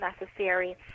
necessary